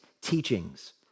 teachings